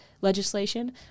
legislation